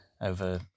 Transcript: over